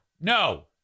No